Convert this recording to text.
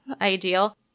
ideal